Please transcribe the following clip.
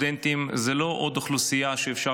שסטודנטים זה לא עוד אוכלוסייה שאפשר